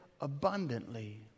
abundantly